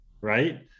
right